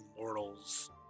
mortal's